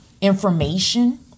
information